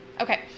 Okay